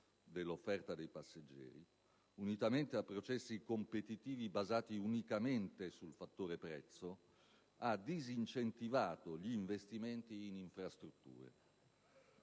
dell'offerta dei passeggeri, unitamente a processi competitivi basati unicamente sul fattore prezzo, ha disincentivato gli investimenti in infrastrutture,